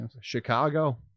Chicago